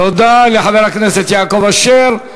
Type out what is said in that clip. תודה לחבר הכנסת יעקב אשר.